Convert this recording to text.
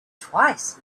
twice